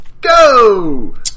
go